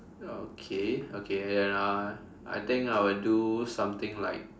ya okay okay then uh I think I will do something like